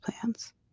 plans